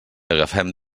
agafem